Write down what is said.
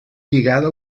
lligada